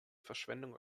verschwendung